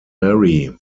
mary